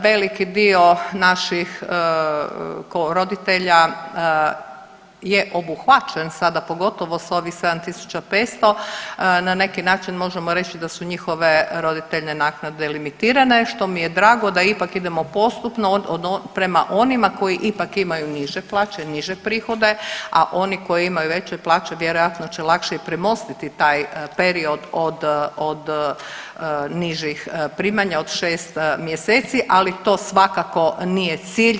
Veliki dio naših roditelja je obuhvaćen sada pogotovo s ovih 7.500 na neki način možemo reći da su njihove roditeljne naknade limitirane što mi je drago da ipak idemo postupno prema onima koji ipak imaju niže plaće, niže prihode, a oni koji imaju veće plaće vjerojatno će lakše i premostiti taj period od, od nižih primanja od 6 mjeseci, ali to svakako nije cilj.